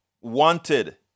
wanted